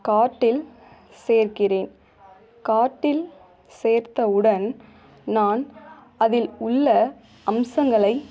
கார்ட்டில் சேர்க்கிறேன் கார்ட்டில் சேர்த்தவுடன் நான் அதில் உள்ள அம்சங்களை